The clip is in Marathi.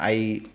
आई